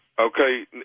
Okay